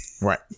right